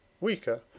weaker